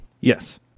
Yes